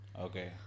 Okay